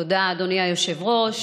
תודה, אדוני היושב-ראש.